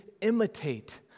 imitate